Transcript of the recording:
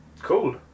Cool